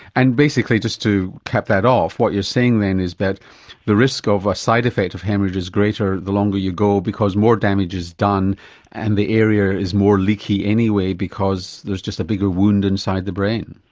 and basically, just to cap that off, what you're saying then is that the risk of a side effect of haemorrhage is greater the longer you go because more damage is done and the area is more leaky anyway because there's just a bigger wound inside the brain.